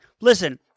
Listen